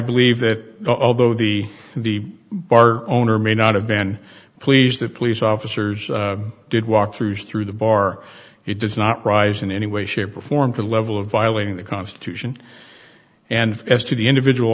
believe that although the the bar owner may not have been pleased that police officers did walk through through the bar he does not rise in any way shape or form to the level of violating the constitution and as to the individual